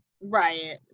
right